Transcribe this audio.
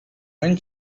when